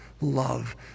love